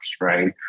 right